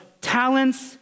talents